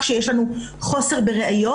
כשיש לנו חוסר בראיות.